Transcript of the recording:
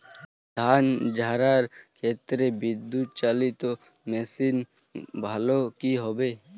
ধান ঝারার ক্ষেত্রে বিদুৎচালীত মেশিন ভালো কি হবে?